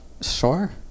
sure